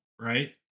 Right